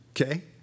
Okay